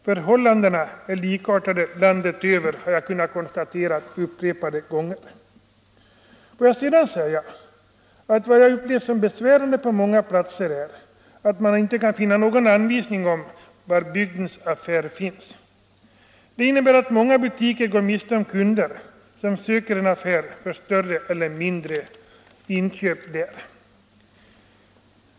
Jag har upprepade gånger kunnat konstatera att förhållandena är likartade landet över. Får jag sedan säga, att vad jag upplevt som besvärande på många platser är att man inte kan hitta någon anvisning om var bygdens affär finns. Det innebär att många butiker går miste om kunder som söker en affär för större eller mindre inköp där.